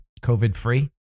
COVID-free